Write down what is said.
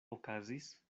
okazis